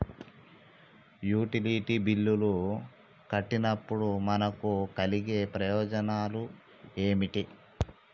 Utility బిల్లులు కట్టినప్పుడు మనకు కలిగే ప్రయోజనాలు ఏమిటి?